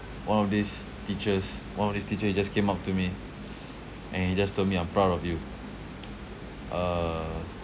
one of these teachers one of this teacher he just came up to me and he just told me I'm proud of you uh